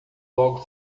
logo